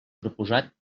proposat